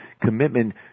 Commitment